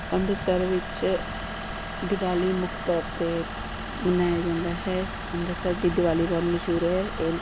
ਅੰਮ੍ਰਿਤਸਰ ਵਿੱਚ ਦਿਵਾਲੀ ਮੁੱਖ ਤੌਰ 'ਤੇ ਮਨਾਇਆ ਜਾਂਦਾ ਹੈ ਅੰਮ੍ਰਿਤਸਰ ਦੀ ਦਿਵਾਲੀ ਬਹੁਤ ਮਸ਼ਹੂਰ ਹੈ ਇਹ